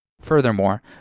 Furthermore